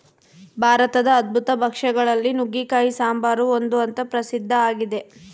ಭಾರತದ ಅದ್ಭುತ ಭಕ್ಷ್ಯ ಗಳಲ್ಲಿ ನುಗ್ಗೆಕಾಯಿ ಸಾಂಬಾರು ಒಂದು ಅಂತ ಪ್ರಸಿದ್ಧ ಆಗಿದೆ